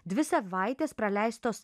dvi savaitės praleistos